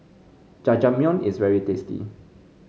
Jajangmyeon is very tasty